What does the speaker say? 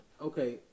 Okay